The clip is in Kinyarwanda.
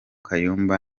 kayumba